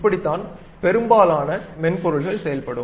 இப்படித்தான் பெரும்பாலான மென்பொருள்கள் செயல்படும்